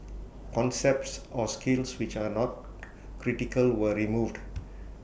concepts or skills which are not critical were removed